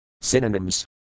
Synonyms